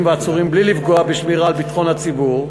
והעצורים בלי לפגום בשמירה על ביטחון הציבור,